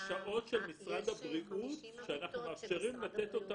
זה שעות של משרד הבריאות שאנחנו מאפשרים לתת אותן